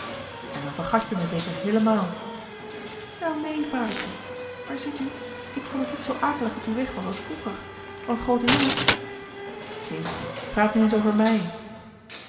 en dan vergat je me zeker héélemaal welneen vadertje maar ziet u ik vond het niet zoo akelig dat u weg was als vroeger want groote jongen kindje praat nu eens over mij